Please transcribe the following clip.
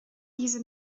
diese